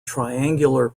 triangular